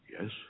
Yes